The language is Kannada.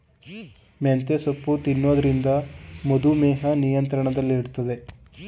ಮೆಂತ್ಯೆ ಸೊಪ್ಪು ತಿನ್ನೊದ್ರಿಂದ ಮಧುಮೇಹ ನಿಯಂತ್ರಣದಲ್ಲಿಡ್ತದೆ